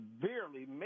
severely